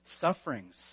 sufferings